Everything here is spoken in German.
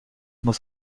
muss